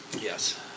Yes